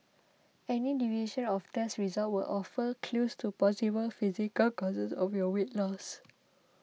any deviation of test results will offer clues to possible physical causes of your weight loss